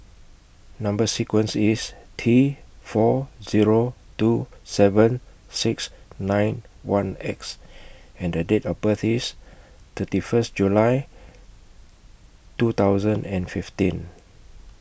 Number sequence IS T four Zero two seven six nine one X and Date of birth IS thirty First July two thousand and fifteen